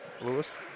Lewis